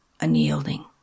unyielding